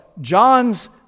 John's